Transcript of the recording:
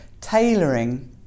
tailoring